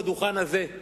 על הדוכן הזה,